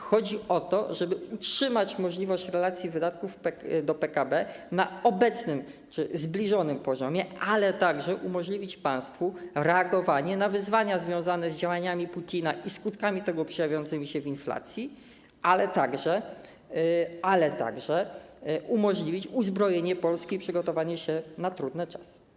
Chodzi o to, żeby utrzymać możliwość relacji wydatków do PKB na obecnym czy zbliżonym poziomie, ale także umożliwić państwu reagowanie na wyzwania związane z działaniami Putina i ich skutkami przejawiającymi się w inflacji, ale także umożliwić uzbrojenie Polski i przygotowanie się na trudne czasy.